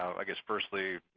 i guess firstly,